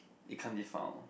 it can't be found